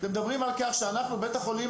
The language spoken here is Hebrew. אתם מדברים על כך שאנחנו בית החולים